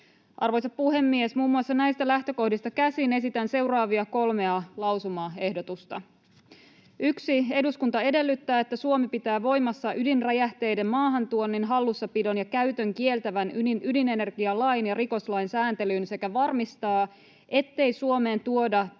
Arvoisa puhemies! Muun muassa näistä lähtökohdista käsin esitän seuraavia kolmea lausumaehdotusta: ”1. Eduskunta edellyttää, että Suomi pitää voimassa ydinräjähteiden maahantuonnin, hallussapidon ja käytön kieltävän ydinenergialain ja rikoslain sääntelyn sekä varmistaa, ettei Suomeen tuoda tai